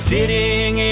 Sitting